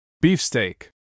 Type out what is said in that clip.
Beefsteak